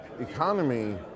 economy